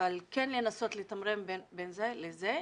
אבל כן לנסות לתמרן בין זה לזה,